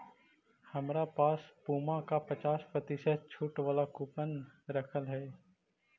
हमरा पास पुमा का पचास प्रतिशत छूट वाला कूपन रखल हई